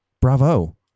Bravo